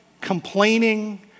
complaining